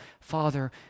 Father